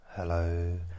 hello